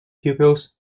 pupils